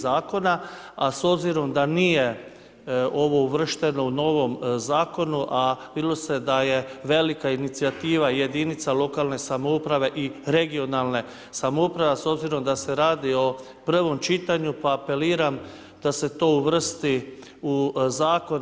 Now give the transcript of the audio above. Zakona, a s obzirom da nije ovo uvršteno u novom zakonu, a vidjelo se da je velika inicijativa jedinica lokalne samouprave i regionalne samouprave, a s obzirom da se radi o prvom čitanju, pa apeliram da se to uvrsti u zakon.